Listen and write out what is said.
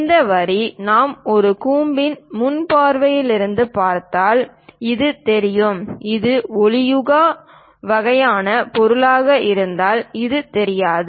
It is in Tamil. இந்த வரி நாம் ஒரு கூம்பின் முன் பார்வையில் இருந்து பார்த்தால் இது தெரியும் இது ஒளிபுகா வகையான பொருளாக இருந்தால் இது தெரியாது